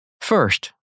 First